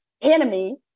enemy